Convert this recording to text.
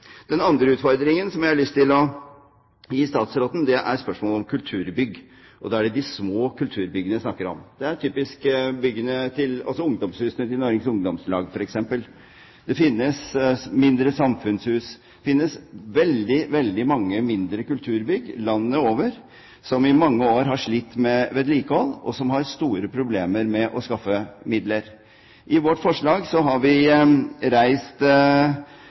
Den andre utfordringen som jeg har lyst til å gi statsråden, er spørsmålet om kulturbygg, og da er det de små kulturbyggene jeg snakker om. Det er ungdomshus, byggene til Norges Ungdomslag f.eks. Det finnes mindre samfunnshus, og det finnes veldig mange mindre kulturbygg landet over som i mange år har slitt med vedlikehold, og som har store problemer med å skaffe midler. I vårt forslag har vi reist